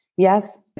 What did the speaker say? Yes